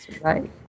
Right